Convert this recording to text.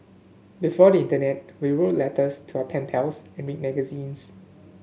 before the internet we wrote letters to our pen pals and read magazines